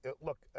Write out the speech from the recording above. look